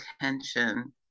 attention